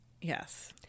Yes